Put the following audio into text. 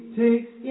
takes